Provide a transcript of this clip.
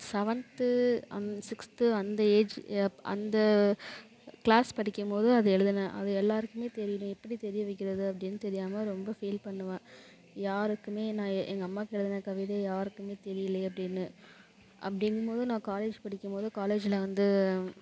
seventh and sixth அந்த age அந்த class படிக்கும்போது அது எழுதுனேன் அது எல்லோருக்குமே தெரியலை எப்படி தெரிய வைக்கிறது அப்டின்னு தெரியாமல் ரொம்ப ஃபீல் பண்ணுவேன் யாருக்கும் நான் எங்கள் அம்மாவுக்கு எழுதுன கவிதை யாருக்கும் தெரியலையே அப்படினு அப்டிங்கும்போது நான் காலேஜ் படிக்கும்போது காலேஜில் வந்து